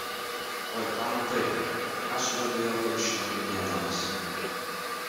oi ką matai ką suradai jo kulšį nagrinėdamas